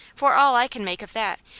for all i can make of that,